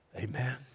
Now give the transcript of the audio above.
Amen